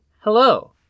Hello